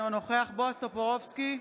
אינו נוכח בועז טופורובסקי,